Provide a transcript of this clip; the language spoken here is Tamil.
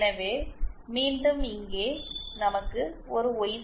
எனவே மீண்டும் இங்கே நமக்கு ஒரு ஒய்